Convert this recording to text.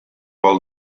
pol